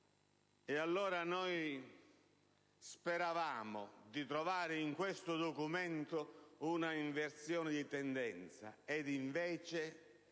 Noi speravamo di trovare in questo Documento un'inversione di tendenza, invece